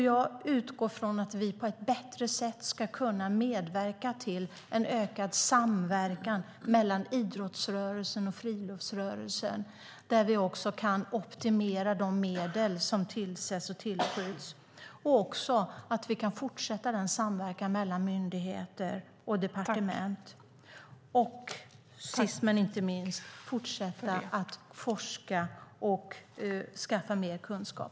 Jag utgår från att vi på ett bättre sätt ska kunna medverka till en ökad samverkan mellan idrottsrörelsen och friluftsrörelsen där vi kan optimera de medel som tillskjuts, att vi kan fortsätta den samverkan mellan myndigheter och departement som finns och sist men inte minst att vi kan fortsätta att forska och skaffa mer kunskap.